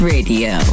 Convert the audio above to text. Radio